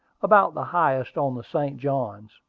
about the highest on the st. johns.